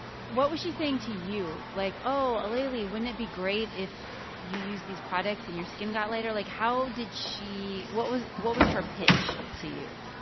what was she saying to you? like, oh, aleli, wouldn't it be great if you used these products and your skin got lighter? like, how did she what was what was her pitch to you?